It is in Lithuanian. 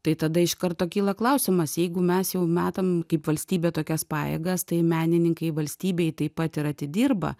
tai tada iš karto kyla klausimas jeigu mes jau metam kaip valstybė tokias pajėgas tai menininkai valstybei taip pat ir atidirba